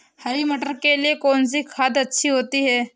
हरी मटर के लिए कौन सी खाद अच्छी होती है?